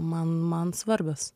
man man svarbios